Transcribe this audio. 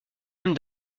même